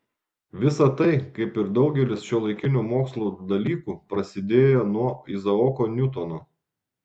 visa tai kaip ir daugelis šiuolaikinio mokslo dalykų prasidėjo nuo izaoko niutono